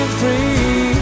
free